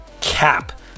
cap